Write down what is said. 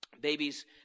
Babies